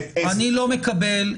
אני לא מקבל.